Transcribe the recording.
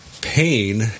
pain